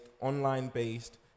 online-based